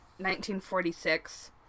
1946